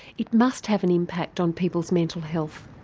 it must have an impact on people's mental health.